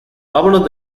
vámonos